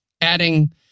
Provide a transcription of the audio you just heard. Adding